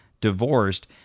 divorced